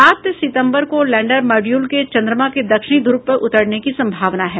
सात सितम्बर को लैंडर मॉड्यूल के चंद्रमा के दक्षिणी ध्रव पर उतरने की संभावना है